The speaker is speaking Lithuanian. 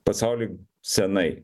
pasauly senai